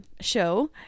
show